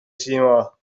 cinéma